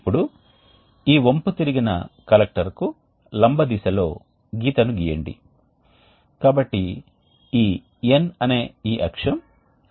ఇప్పుడు ఈ నిల్వ పదార్థాన్ని ఉపయోగించడం వల్ల కలిగే ప్రయోజనం ఏమిటంటే మాతృక నిర్మాణం చాలా పెద్ద నివాస సమయాన్ని మరియు ఘన మరియు ప్రవహించే వాయువు మధ్య చాలా సన్నిహిత సంబంధాన్ని ఇస్తుంది ఒక వాయువు అక్కడ ఉన్నప్పుడు ఇది సాధ్యం కాదు